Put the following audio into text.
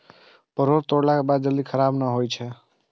परोर तोड़लाक बाद जल्दी खराब नहि होइ छै